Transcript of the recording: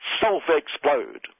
self-explode